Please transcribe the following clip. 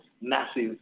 massive